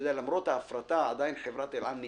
למרות ההפרטה, חברת אל על עדיין נתפסת,